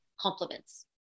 compliments